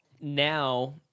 now